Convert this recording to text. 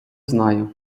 знаю